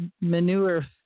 manure